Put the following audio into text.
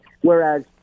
Whereas